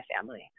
family